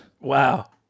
Wow